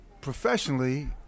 professionally